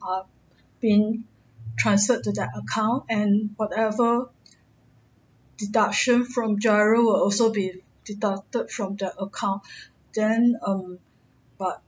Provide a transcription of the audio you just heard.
are being transferred to that account and whatever deduction from GIRO will also be deducted from that account then um but